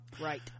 right